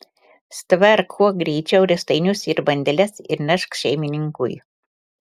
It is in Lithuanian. stverk kuo greičiau riestainius ir bandeles ir nešk šeimininkui